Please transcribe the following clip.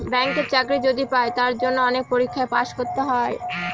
ব্যাঙ্কের চাকরি যদি পাই তার জন্য অনেক পরীক্ষায় পাস করতে হয়